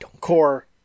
core